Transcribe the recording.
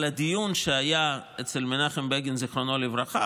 על הדיון שהיה אצל מנחם בגין, זיכרונו לברכה.